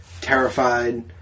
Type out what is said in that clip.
terrified